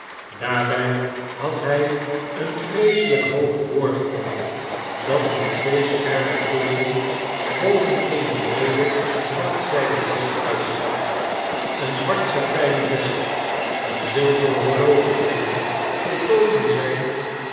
daarby had hfl een vreeselyk hoog boord om dat met twee scherpe pun ten boven eene breede zwart zy den das uitstak een zwart satynen vest een zilveren horlogeketting voltooiden zijn